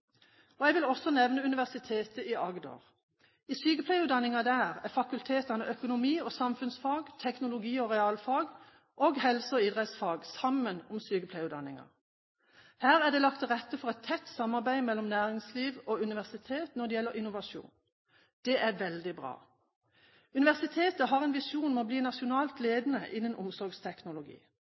Jeg vil nevne Universitet i Agder. I sykepleieutdanningen der er fakultetene økonomi- og samfunnsfag, teknologi- og realfag og helse- og idrettsfag sammen om sykepleierutdanningen. Her er det lagt til rette for et tett samarbeid mellom næringsliv og universitet når det gjelder innovasjon. Det er veldig bra! Universitetet har en visjon om å bli nasjonalt ledende innen omsorgsteknologi.